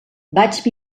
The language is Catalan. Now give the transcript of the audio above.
vaig